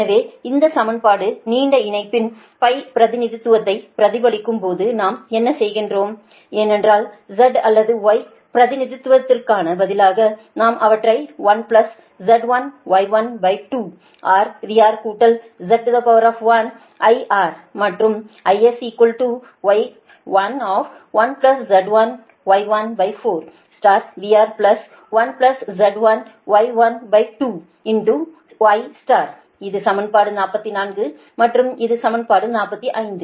எனவே இந்த சமன்பாடு நீண்ட இணைப்பின் பிரதிநிதித்துவத்தை பிரதிபலிக்கும் போது நாம் என்ன செய்கிறோம் என்றால் Z அல்லது Y என்று எழுதுவதற்கு பதிலாக நாம் அவற்றை 1Z1Y12 RVR கூட்டல் Z1 IR மற்றும் IS Y11Z1Y14VR1Z1Y12IR இது சமன்பாடு 44 மற்றும் இது சமன்பாடு 45